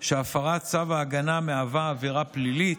שהפרת צו ההגנה מהווה עבירה פלילית,